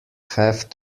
have